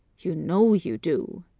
you know you do.